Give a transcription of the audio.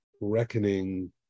reckoning